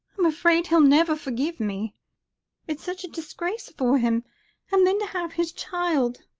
i'm afraid he'll never forgive me it's such a disgrace for him and then, to have his child!